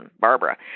Barbara